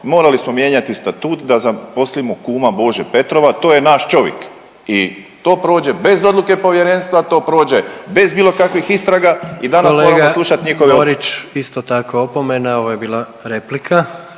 morali smo mijenjati statut da zaposlimo kuma Bože Petrova, to je naš čovik i to prođe bez odluke Povjerenstva. To prođe bez bilo kakvih istraga i danas moramo slušati njihove optužbe. **Jandroković, Gordan (HDZ)** Kolega Borić, isto tako opomena. Ovo je bila replika.